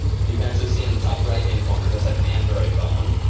and you can actually see in the top right-hand corner looks like an android phone.